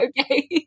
Okay